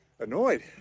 annoyed